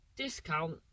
Discount